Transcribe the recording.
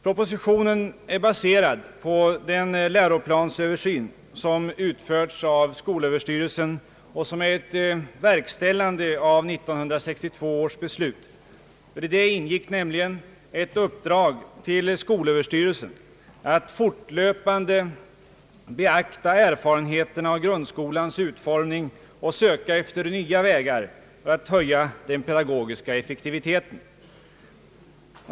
Propositionen är baserad på den läroplansöversyn som utförts av skolöverstyrelsen och som är ett verkställande av 1962 års beslut. I det ingick nämligen ett uppdrag till skolöverstyrelsen att fortlöpande beakta erfarenheterna av grundskolans utformning och söka efter nya vägar för att höja den pedagogiska effektiviteten.